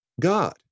God